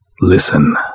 Listen